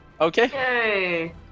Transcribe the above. Okay